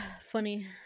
Funny